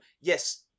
yes